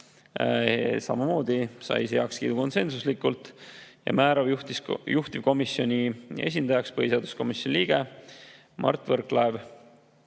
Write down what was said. samamoodi heakskiidu konsensuslikult), määrata juhtivkomisjoni esindajaks põhiseaduskomisjoni liige Mart Võrklaev.